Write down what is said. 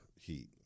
heat